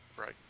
right